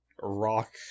Rock